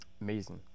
Amazing